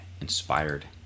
inspired